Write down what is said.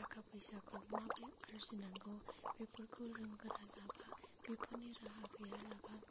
थाखा फैसाखौ माबोरै आरजिनांगौ बेफोरखौ रोंगोरालाबा बेफोरनि राहा गैयालाबा